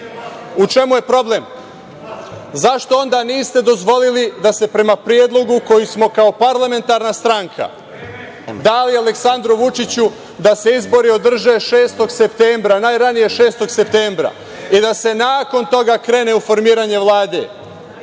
čemu je problem? Zašto onda niste dozvolili da se prema predlogu, koji smo kao parlamentarna stranka dali Aleksandru Vučiću, da se izbori održe 6. septembra, najranije 6. septembra i da se nakon toga krene u formiranje Vlade?